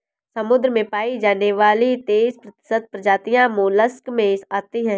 समुद्र में पाई जाने वाली तेइस प्रतिशत प्रजातियां मोलस्क में आती है